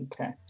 Okay